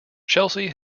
chelsea